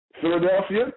Philadelphia